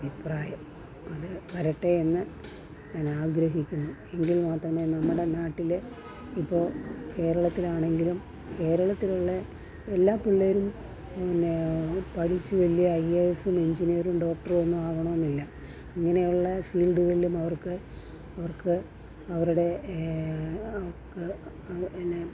അഭിപ്രായം അത് വരട്ടേയെന്ന് ഞാനാഗ്രഹിക്കുന്നു എങ്കിൽ മാത്രമേ നമ്മുടെ നാട്ടിൽ ഇപ്പോൾ കേരളത്തിലാണെങ്കിലും കേരളത്തിലുള്ള എല്ലാ പിള്ളേരും മുന്നേ പഠിച്ച് വലിയ ഐ എ എസ്സും എൻജിനീയറും ഡോക്ടറുമൊന്നും ആകണമെന്നില്ല ഇങ്ങനെയുള്ള ഫീൽഡുകളിലും അവർക്ക് അവർക്ക് അവരുടെ അവർക്ക് പിന്നെ